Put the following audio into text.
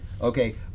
okay